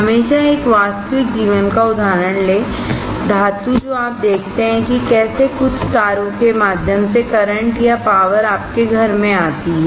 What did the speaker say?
हमेशा एक वास्तविक जीवन का उदाहरण लें धातु जो आप देखते हैं कि कैसे कुछ तारों के माध्यम से करंट या पावर आपके घर में आती है